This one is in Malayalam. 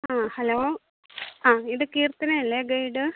ആ ഹലോ ആ ഇത് കീർത്തനയല്ലേ ഗൈഡ്